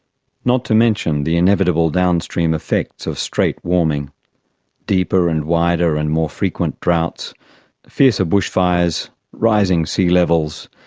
not to mention the inevitable downstream effects of straight warming deeper and wider and more frequent droughts fiercer bushfires rising sea levels,